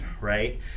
right